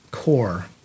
core